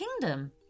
kingdom